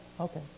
okay